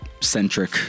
centric